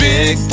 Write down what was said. Big